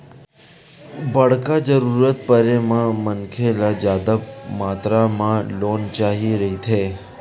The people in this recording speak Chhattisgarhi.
बड़का जरूरत परे म मनखे ल जादा मातरा म लोन चाही रहिथे